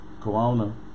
Corona